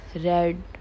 red